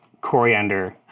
Coriander